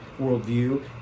worldview